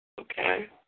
Okay